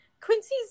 Quincy's